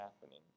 happening